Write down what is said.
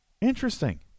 Interesting